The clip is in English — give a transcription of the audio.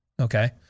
Okay